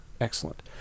Excellent